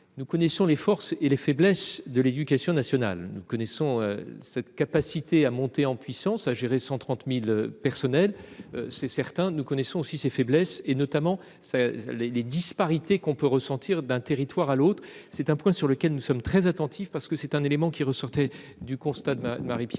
Nous connaissons les forces et les faiblesses de l'éducation nationale nous connaissons cette capacité à monter en puissance à gérer 130.000 personnels. C'est certain nous connaissons aussi ses faiblesses et notamment. Les les disparités qu'on peut ressentir d'un territoire à l'autre, c'est un point sur lequel nous sommes très attentifs parce que c'est un élément qui ressortait du constat de Marie-Pierre